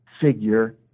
figure